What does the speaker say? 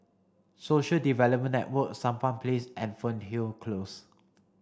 Social Development Network Sampan Place and Fernhill Close